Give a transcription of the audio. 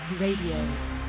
RADIO